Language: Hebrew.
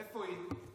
איפה היא?